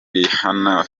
rihanna